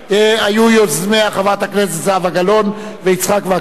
יוזמיה היו חברת הכנסת זהבה גלאון ויצחק וקנין.